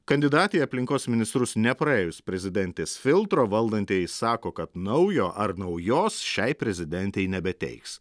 kandidatei į aplinkos ministrus nepraėjus prezidentės filtro valdantieji sako kad naujo ar naujos šiai prezidentei nebeteiks